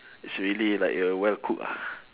is really like uh well cook ah